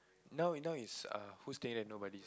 now now is err who stay there nobody